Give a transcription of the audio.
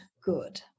good